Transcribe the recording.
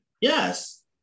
Yes